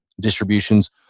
distributions